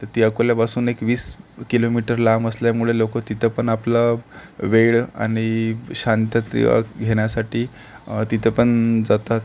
तर ती अकोल्यापासून एक वीस किलोमीटर लांब असल्यामुळे लोकं तिथं पण आपला वेळ आणि शांतता घेण्यासाठी तिथं पण जातात